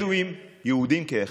בדואים ויהודים כאחד.